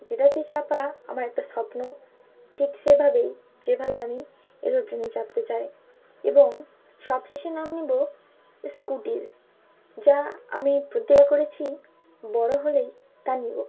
যেটাতে চাপা আমার একটা স্বপ্ন ঠিক সেভাবেই যেভাবে আমি এরোপ্লেনে চাপতে চাই এবং সবশেষে নাম নেব স্কুটির যা আমি প্রতিজ্ঞা করেছি বড়ো হলেই নেব